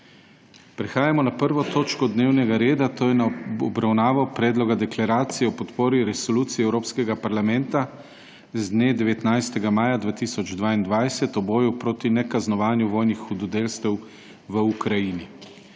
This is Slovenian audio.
gostje z ministrstva! Pred nami je obravnava predloga deklaracije o podpori Resoluciji Evropskega parlamenta z dne 19. maja 2022 o boju proti nekaznovanju vojnih hudodelstev v Ukrajini.